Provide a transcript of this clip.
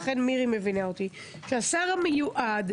עדיין לא ירד שום דבר,